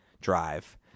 drive